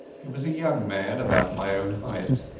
he was a young man about my own height,